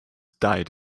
died